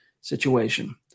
situation